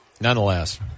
Nonetheless